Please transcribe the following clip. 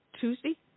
Tuesday